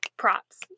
Props